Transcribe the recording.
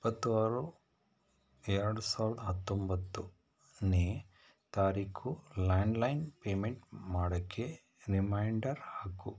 ಇಪ್ಪತ್ತು ಆರು ಎರ್ಡು ಸಾವ್ರ್ದ ಹತ್ತೊಂಬತ್ತನೇ ತಾರೀಕು ಲ್ಯಾಂಡ್ಲೈನ್ ಪೇಮೆಂಟ್ ಮಾಡೋಕ್ಕೆ ರಿಮೈಂಡರ್ ಹಾಕು